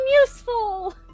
useful